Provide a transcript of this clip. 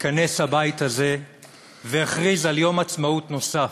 התכנס הבית הזה והכריז על יום עצמאות נוסף.